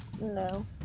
No